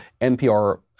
NPR